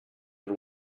had